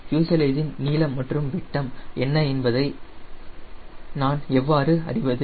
fuselage இன் நீளம் மற்றும் விட்டம் என்ன என்பதை நான் எவ்வாறு அறிவது